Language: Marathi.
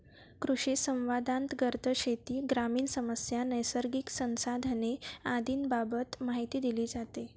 कृषिसंवादांतर्गत शेती, ग्रामीण समस्या, नैसर्गिक संसाधने आदींबाबत माहिती दिली जाते